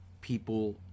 people